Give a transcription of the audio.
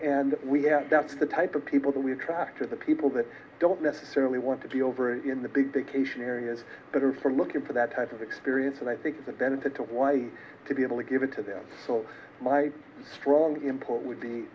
and that's the type of people that we attract are the people that don't necessarily want to be over in the big vacation areas that are for looking for that type of experience and i think the benefit to why to be able to give it to them so my strong import would be